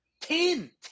Ten